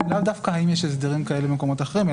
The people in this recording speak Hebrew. לאו דווקא אם יש הסדרים כאלה במקומות אחרים,